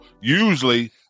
usually